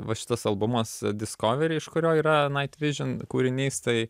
va šitas albumas diskovery iš kurio yra nait vižin kūrinys tai